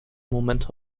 momente